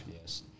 yes